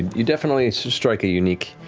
you definitely strike a unique,